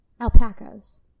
alpacas